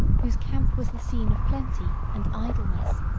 whose camp was the scene of plenty and idleness,